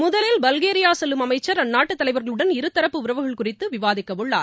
முதலில் பல்கேரியா செல்லும் அமைச்சா் அந்நாட்டு தலைவா்களுடன் இருதரப்பு உறவுகள் குறித்து விவாதிக்கவுள்ளார்